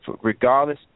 regardless